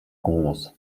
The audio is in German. groß